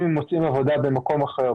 אם הם מוצאים עבודה במקום אחר,